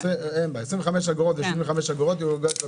סכום החיוב היומי המרבי 18. החיוב במס החל על